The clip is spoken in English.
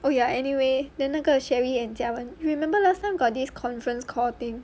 oh ya anyway then 那个 cherrie and jia wen you remember last time got this conference call thing